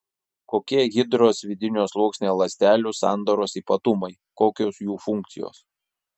kokie hidros vidinio sluoksnio ląstelių sandaros ypatumai kokios jų funkcijos